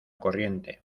corriente